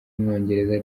w’umwongereza